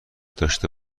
داشته